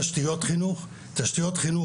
תשתיות חינוך.